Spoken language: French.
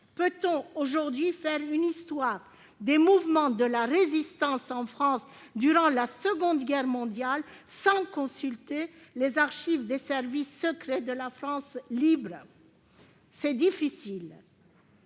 Peut-on, aujourd'hui, écrire une histoire des mouvements de la Résistance en France durant la Seconde Guerre mondiale sans consulter les archives des services secrets de la France libre ? C'est difficile